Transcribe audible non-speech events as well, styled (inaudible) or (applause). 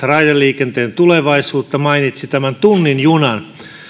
(unintelligible) raideliikenteen tulevaisuutta mainitsi tunnin junan